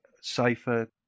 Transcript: Safer